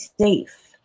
safe